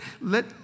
let